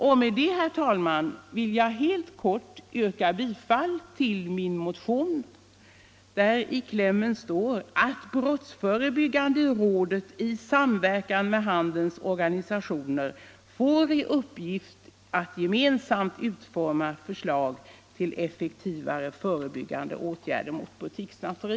; Med det anförda, herr talman, vill jag helt kort yrka bifall till min motion, där det i klämmen står: ”att brottsförebyggande rådet i samverkan med handelns organisationer får i uppgift att gemensamt utforma förslag till effektivare förebyggande åtgärder mot butikssnatteri”.